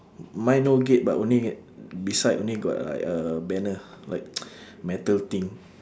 mine no gate but only at beside only got like a banner like metal thing